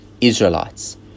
Israelites